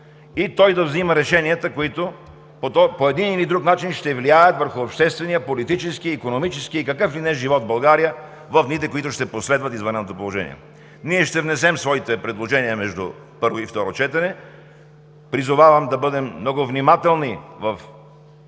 и той да взема решенията, които по един или друг начин ще влияят върху обществения, политическия, икономическия и какъв ли не живот в България в дните, които ще последват извънредното положение. Ние ще внесем своите предложения между първо и второ четене. Призовавам да бъдем много внимателни в